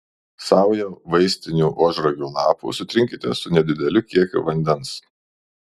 saują vaistinių ožragių lapų sutrinkite su nedideliu kiekiu vandens